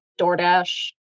DoorDash